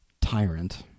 tyrant